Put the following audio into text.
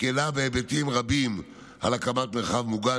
מקילה בהיבטים רבים על הקמת מרחב מוגן.